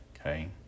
Okay